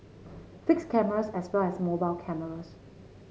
fixed cameras as well as mobile cameras